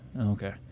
okay